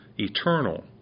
Eternal